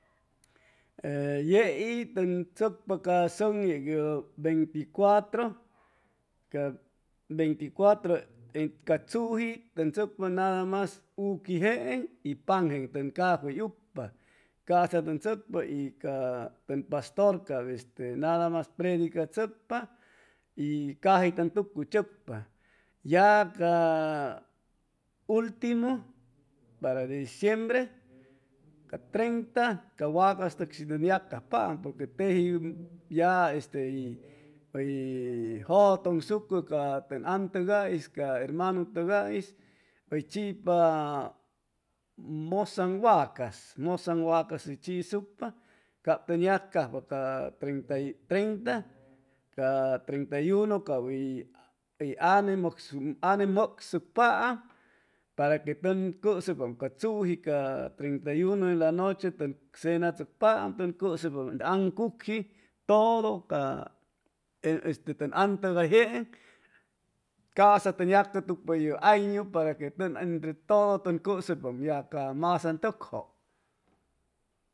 E yei tʉn chʉcpa ca sʉŋ yec yʉ veinticuatro ca venticuatro ca tzuji tʉn tzʉcpa nada mas uqui jeeŋ y pan jeŋtʉn cafey ucpa cap psadu ʉn tzʉcpa y a ca tʉn pastor cap este nada mas predicachʉcpa y caji tʉn tucuychʉcpa ya ca ultimu para diciembre ca treinta ca wacastʉg shi tʉn yacajpaam porque teji ya este hʉy h+y jʉjʉtʉnsucʉ ca tʉn antʉga'is que ca hermanu tʉga'is hʉy chipa mʉsaŋ wacas mʉsaŋ wacas hʉy chisucpa cap tʉn yacajpa a treinta. ca treinta y uno cap hʉy ane mʉcsucpaam para que tʉn cʉsʉypam ca tzuji ca treinta y uno en la noche tʉn cenachʉcpaam tʉn cʉsʉypam aŋcucji todo ca este tʉn an tʉgay jeeŋ ca'sa tʉn yacʉtucpa yʉ añu para que tʉn entre todo tʉn cʉsʉypam ya a masaŋ tʉkjʉ